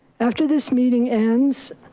after this meeting ends,